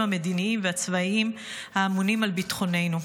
המדיניים והצבאיים האמונים על ביטחוננו.